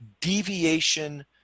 deviation